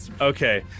Okay